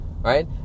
right